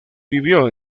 vivió